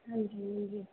हाँ जी होंगे